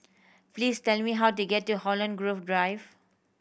please tell me how to get to Holland Grove Drive